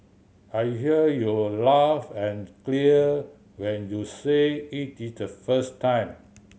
I heard you laugh and clear when you said it the first time